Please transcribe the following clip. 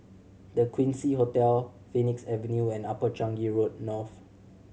The Quincy Hotel Phoenix Avenue and Upper Changi Road North